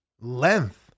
length